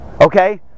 okay